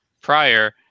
prior